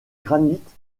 granite